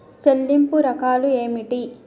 చెల్లింపు రకాలు ఏమిటి?